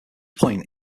point